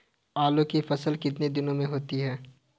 आलू की फसल कितने दिनों में होती है?